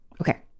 Okay